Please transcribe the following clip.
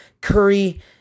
curry